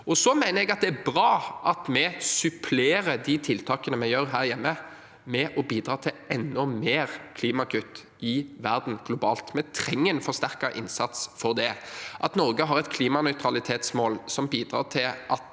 Så mener jeg det er bra at vi supplerer de tiltakene vi gjør her hjemme, med å bidra til enda mer klimakutt i verden globalt. Vi trenger en forsterket innsats for det. At Norge har et klimanøytralitetsmål som bidrar til at